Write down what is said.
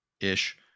ish